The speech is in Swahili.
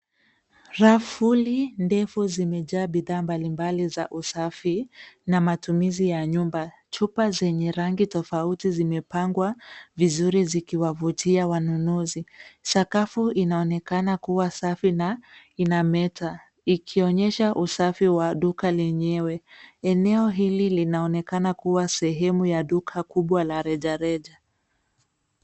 Rafu ndefu zimejaa bidhaa mbalimbali za usafi na matumizi ya nyumba. Chupa zenye rangi tofauti zimepangwa vizuri zikiwavutia wanunuzi. Sakafu inaonekana kuwa safi na inameta ikionyesha usafi wa duka lenyewe. Eneo hili linaonekana kuwa sehemu ya duka kubwa la rejareja.